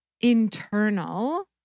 internal